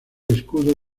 escudo